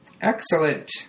Excellent